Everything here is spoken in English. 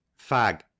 fag